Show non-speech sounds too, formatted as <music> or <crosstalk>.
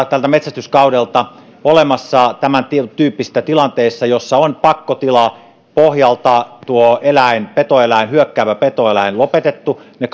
<unintelligible> tältä metsästyskaudelta tämäntyyppisistä tilanteista joissa on pakkotilan pohjalta tuo eläin petoeläin hyökkäävä petoeläin lopetettu ne <unintelligible>